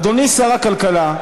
אדוני שר הכלכלה,